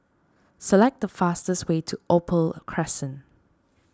select the fastest way to Opal Crescent